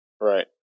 right